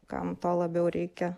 kam to labiau reikia